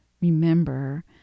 remember